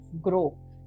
grow